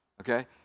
Okay